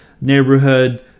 neighborhood